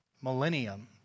millennium